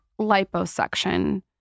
liposuction